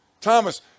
Thomas